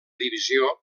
divisió